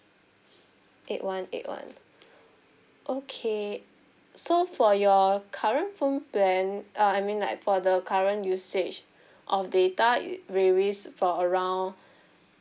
eight one eight one okay so for your current phone plan uh I mean like for the current usage of data release for around